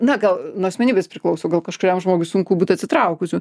na gal nuo asmenybės priklauso gal kažkuriam žmogui sunku būt atsitraukusiu